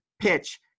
PITCH